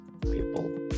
people